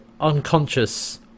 unconscious